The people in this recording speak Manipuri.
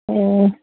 ꯎꯝ